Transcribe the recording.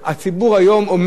הציבור נכנס,